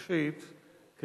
ראשית,